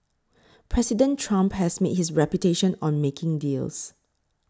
President Trump has made his reputation on making deals